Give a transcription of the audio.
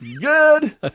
Good